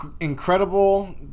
incredible